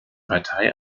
partei